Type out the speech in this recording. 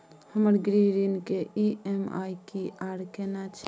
हमर गृह ऋण के ई.एम.आई की आर केना छै?